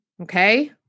okay